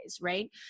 right